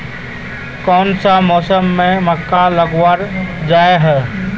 कोन सा मौसम में मक्का लगावल जाय है?